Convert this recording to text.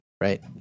right